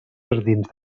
jardins